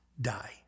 die